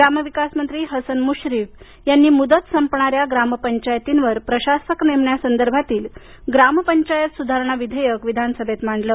ग्रामविकास मंत्री हसन मुश्रीफ यांनी मुदत संपणाऱ्या ग्रामपंचायतींवर प्रशासक नेमण्या संदर्भातील ग्रामपंचायत सुधारणा विधेयक विधानसभेत मांडलं